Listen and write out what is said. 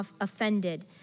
offended